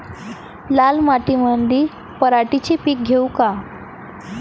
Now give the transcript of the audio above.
लाल मातीमंदी पराटीचे पीक घेऊ का?